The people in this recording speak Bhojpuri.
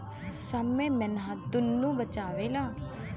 समय मेहनत दुन्नो बचावेला